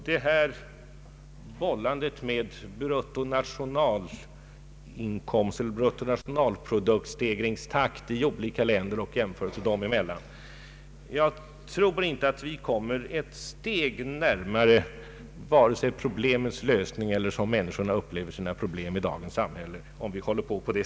Det här bollandet med bruttonationalproduktstegringstakt i olika länder och jämförelser dem emellan tror jag inte leder oss ett steg närmare vare sig problemets lösning eller det sätt på vilket människorna upplever sina problem i dagens samhälle.